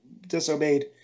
disobeyed